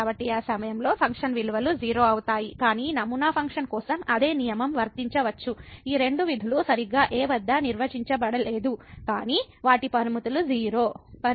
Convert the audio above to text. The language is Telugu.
కాబట్టి ఆ సమయంలో ఫంక్షన్ విలువలు 0 అవుతాయి కానీ నమూనా ఫంక్షన్ కోసం అదే నియమం వర్తించవచ్చు ఈ రెండు విధులు సరిగ్గా a వద్ద నిర్వచించబడలేదు కానీ వాటి లిమిట్ లు 0